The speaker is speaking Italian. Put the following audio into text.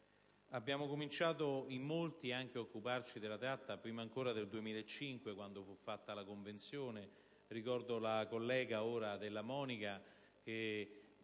Abbiamo cominciato in molti ad occuparci della tratta, prima ancora del 2005, quando fu stipulata la Convenzione. Ricordo che la collega Della Monica ci